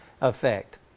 effect